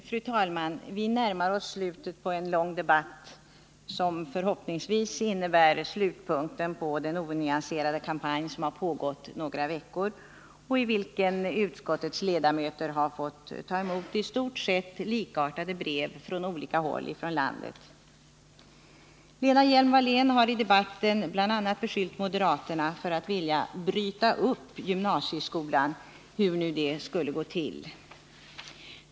Fru talman! Vi närmar oss slutet på en lång debatt, som förhoppningsvis innebär slutpunkten i den onyanserade kampanj som har pågått några veckor och i vilken utskotiets ledamöter har fått ta emot i stort sett likartade brev från olika håll i landet. Lena Hjelm-Wallén har i debatten bl.a. beskyllt moderaterna för att vilja ”bryta upp” gymnasieskolan — hur nu det skulle gå till.